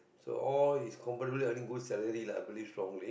so all is completely earning salary lah I believe strongly